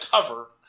cover